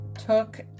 took